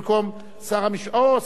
או, שר המשפטים תמיד אתנו.